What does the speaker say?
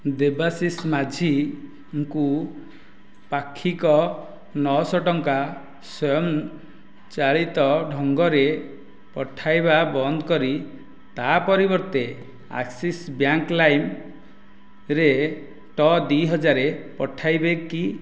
ଦେବାଶିଷ ମାଝୀଙ୍କୁ ପାକ୍ଷିକ ନଅ ଶହ ଟଙ୍କା ସ୍ୱୟଂ ଚାଳିତ ଢଙ୍ଗରେ ପଠାଇବା ବନ୍ଦ କରି ତା' ପରିବର୍ତ୍ତେ ଆକ୍ସିସ୍ ବ୍ୟାଙ୍କ୍ ଲାଇମ୍ରେ ଟ ଦୁଇ ହଜାର ପଠାଇବେ କି